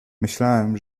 myślałem